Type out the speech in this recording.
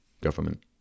government